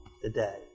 today